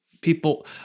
people –